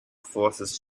forces